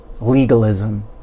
legalism